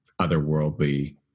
otherworldly